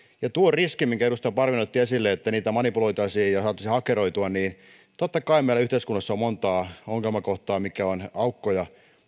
edustaja parviainen otti esille riskin että niitä manipuloitaisiin ja saataisiin hakkeroitua totta kai meillä yhteiskunnassa on on monta ongelmakohtaa mitkä ovat aukkoja